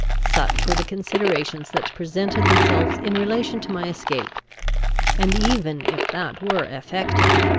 such were the considerations that presented themselves in relation to my escape and, even if that were effected,